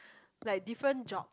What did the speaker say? like different job